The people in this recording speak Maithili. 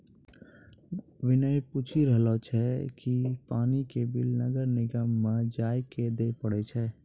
विनय पूछी रहलो छै कि पानी के बिल नगर निगम म जाइये क दै पड़ै छै?